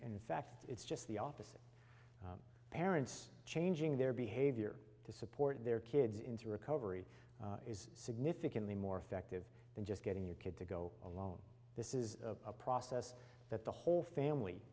and in fact it's just the office of parents changing their behavior to support their kids into recovery is significantly more effective than just getting your kid to go alone this is a process that the whole family